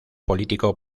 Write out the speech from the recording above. político